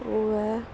ओह् ऐ